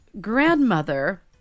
grandmother